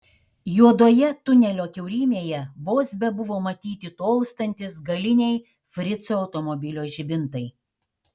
juodoje tunelio kiaurymėje vos bebuvo matyti tolstantys galiniai frico automobilio žibintai